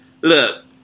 look